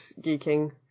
geeking